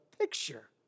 picture